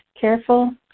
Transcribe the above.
careful